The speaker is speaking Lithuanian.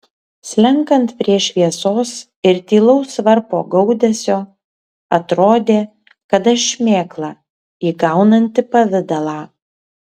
slenkant prie šviesos ir tylaus varpo gaudesio atrodė kad aš šmėkla įgaunanti pavidalą